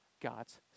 God's